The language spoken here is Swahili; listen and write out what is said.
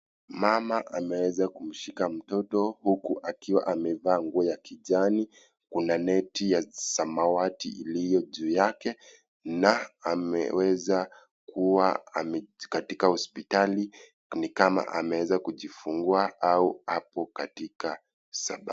Mama anaeza kumshika mtoto huku akiwa amevaa nguo ya kijani, kuna neti ya samawati iliyo juu yake, na ameweza kuwa katika hospitali; ni kama anaweza kujifungua au ako katika saba.